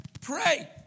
pray